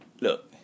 look